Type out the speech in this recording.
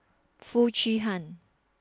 Foo Chee Han